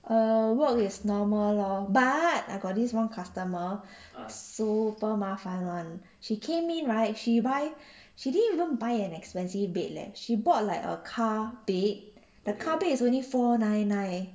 err work is normal lor but I got this one customer super 麻烦 [one] she came in right she buy she didn't even buy an expensive bed leh she bought like a car bed the car bed is only four nine nine